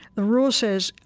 the rule says,